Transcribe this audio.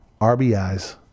RBIs